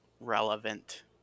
Relevant